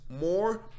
more